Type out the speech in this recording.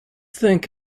think